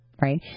right